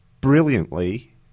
brilliantly